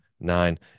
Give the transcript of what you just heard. nine